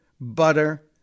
butter